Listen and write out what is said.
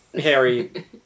Harry